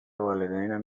والدینم